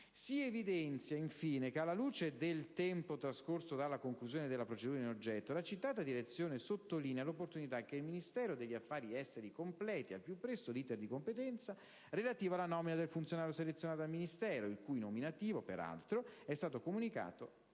Si evidenzia, infine, che, alla luce del tempo trascorso dalla conclusione della procedura in oggetto, la citata direzione sottolinea l'opportunità che il Ministero degli affari esteri completi al più presto l'*iter* di competenza, relativo alla nomina del funzionario selezionato dal Ministero, il cui nominativo, peraltro, è stato comunicato